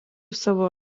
savo